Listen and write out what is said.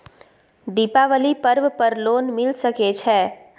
दीपावली पर्व पर लोन मिल सके छै?